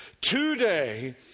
today